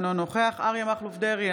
אינו נוכח אריה מכלוף דרעי,